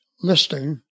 listing